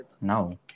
No